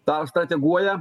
tą strateguoja